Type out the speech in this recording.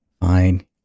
fine